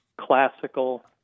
classical